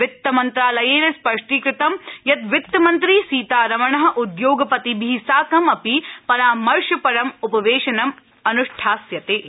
वित्तमन्त्रालयेन स्पष्टीकृतं यत् वित्तमन्त्री सीतारमण उद्योगपतिभि साकं अपि परामर्शपरं उपवेशनं अनुष्ठास्यते इति